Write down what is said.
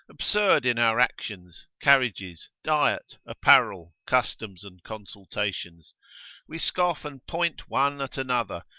absurd in our actions, carriages, diet, apparel, customs, and consultations we scoff and point one at another,